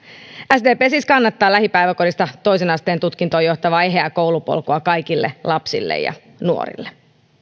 sdp siis kannattaa lähipäiväkodista toisen asteen tutkintoon johtavaa eheää koulupolkua kaikille lapsille ja nuorille